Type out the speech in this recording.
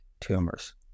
tumors